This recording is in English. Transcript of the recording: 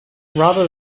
rather